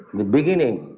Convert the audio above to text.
the beginning,